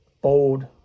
bold